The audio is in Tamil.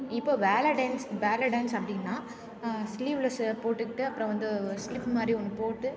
இப்போது வேலே டேன்ஸ் பேலே டேன்ஸ் அப்படின்னா ஸ்லீவ்லெஸ்ஸு போட்டுக்கிட்டு அப்புறம் வந்து ஸ்லிப் மாதிரி ஒன்று போட்டு